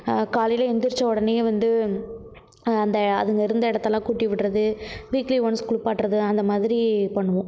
காலையில எந்திரிச்ச உடனே வந்து அந்த அதுங்க இருந்த இடத்தலாம் கூட்டி விடுகிறது வீக்லி ஒன்ஸ் குளிப்பாட்டுறது அந்தமாதிரி பண்ணுவோம்